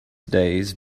days